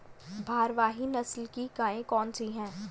भारवाही नस्ल की गायें कौन सी हैं?